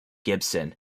gibson